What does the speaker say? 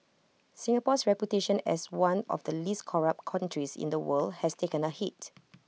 Singapore's reputation as one of the least corrupt countries in the world has taken A hit